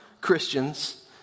Christians